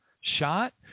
shot